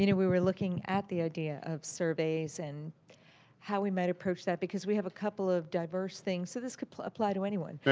you know we were looking at the idea of surveys and how we might approach that. because we have a couple of diverse things. so, this could apply to anyone.